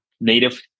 native